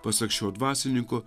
pasak šio dvasininko